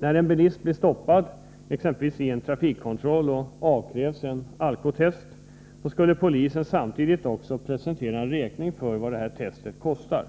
När en bilist blir stoppad exempelvis i en trafikkontroll och avkrävs en alkotest, skulle polisen samtidigt presentera en räkning för vad denna test kostar.